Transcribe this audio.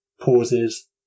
pauses